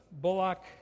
bullock